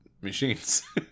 machines